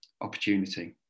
opportunity